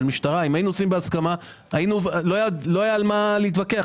של המשטרה לא היה על מה להתווכח.